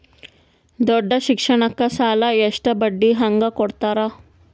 ದೊಡ್ಡ ಶಿಕ್ಷಣಕ್ಕ ಸಾಲ ಎಷ್ಟ ಬಡ್ಡಿ ಹಂಗ ಕೊಡ್ತಾರ?